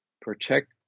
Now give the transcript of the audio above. protect